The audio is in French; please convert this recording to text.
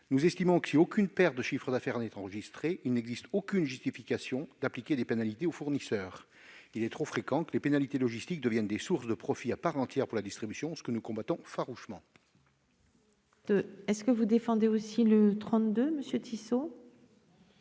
nous estimons que si aucune perte de chiffre d'affaires n'est enregistrée, rien ne justifie d'appliquer des pénalités aux fournisseurs. Il est trop fréquent que les pénalités logistiques deviennent des sources de profit à part entière pour la distribution, ce que nous combattons farouchement. L'amendement n° 32, présenté